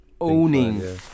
owning